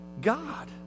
God